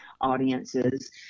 audiences